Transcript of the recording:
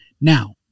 now